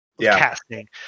casting